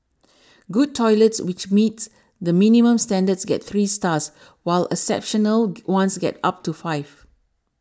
good toilets which meets the minimum standards get three stars while exceptional ones get up to five